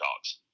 dogs